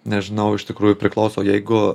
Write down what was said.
nežinau iš tikrųjų priklauso jeigu